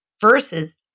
versus